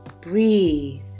breathe